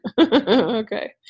Okay